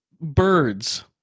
birds